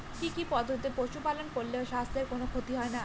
কি কি পদ্ধতিতে পশু পালন করলে স্বাস্থ্যের কোন ক্ষতি হয় না?